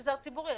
במגזר הציבורי.